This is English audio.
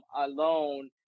alone